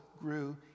grew